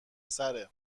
سره